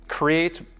create